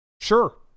sure